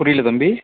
புரியலை தம்பி